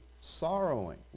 sorrowing